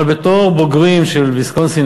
אבל בתור בוגרים של ויסקונסין,